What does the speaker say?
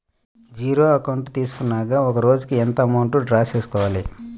Zero account తీసుకున్నాక ఒక రోజుకి ఎంత అమౌంట్ డ్రా చేసుకోవాలి?